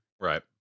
Right